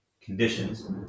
conditions